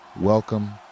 Welcome